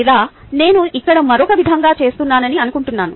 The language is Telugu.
లేదా నేను ఇక్కడ మరొక విధంగా చేస్తున్నానని అనుకుంటున్నాను